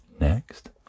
next